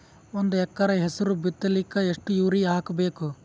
ಒಂದ್ ಎಕರ ಹೆಸರು ಬಿತ್ತಲಿಕ ಎಷ್ಟು ಯೂರಿಯ ಹಾಕಬೇಕು?